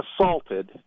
assaulted